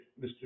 Mr